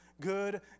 good